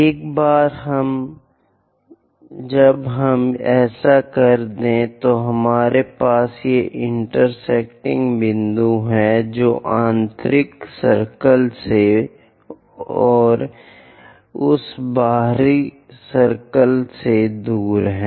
एक बार जब हम ऐसा कर दे तो हमारे पास ये इंटेरसेक्टिंग बिंदु हैं जो आंतरिक सर्कल से और उस बाहरी सर्कल से दूर हैं